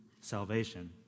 salvation